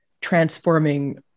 transforming